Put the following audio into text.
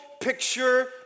picture